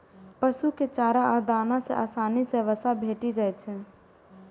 पशु कें चारा आ दाना सं आसानी सं वसा भेटि जाइ छै